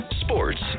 sports